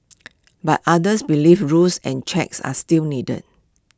but others believe rules and checks are still needed